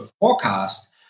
forecast